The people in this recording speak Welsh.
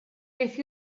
beth